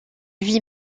vit